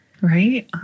Right